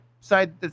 side